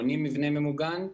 מבנה ממוגן.